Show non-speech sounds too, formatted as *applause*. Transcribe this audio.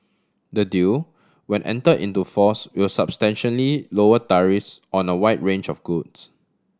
the deal when enter into force will substantially lower *unintelligible* on the wide range of goods